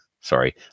Sorry